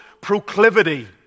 proclivity